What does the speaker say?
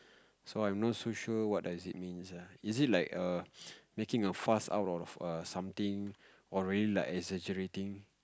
so I'm not so sure what does it means ah is it like err making a fuss out of err something or really like exaggerating